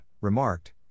remarked